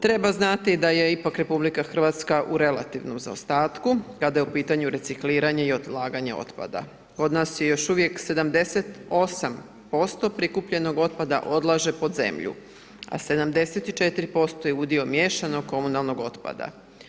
Treba znati da je ipak RH u relativnom zaostatku kada je u pitanju recikliranje i odlaganje otpada, kod nas se još uvijek 78% prikupljenog otpada odlaže pod zemlju a 74% je udio miješanog komunalnog otpada.